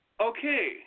okay